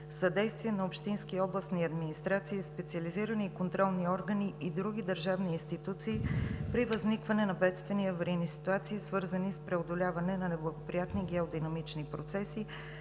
действия на общински и областни администрации, специализирани и контролни органи и други държавни институции при възникване на бедствени и аварийни ситуации, свързани с преодоляване на неблагоприятни геодинамични процеси,